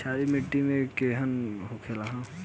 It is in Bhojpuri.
क्षारीय मिट्टी केहन होखेला?